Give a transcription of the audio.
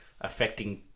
affecting